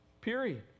period